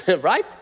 right